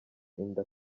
inda